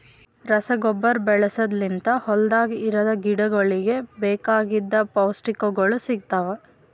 ರಸಗೊಬ್ಬರ ಬಳಸದ್ ಲಿಂತ್ ಹೊಲ್ದಾಗ ಇರದ್ ಗಿಡಗೋಳಿಗ್ ಬೇಕಾಗಿದ್ ಪೌಷ್ಟಿಕಗೊಳ್ ಸಿಗ್ತಾವ್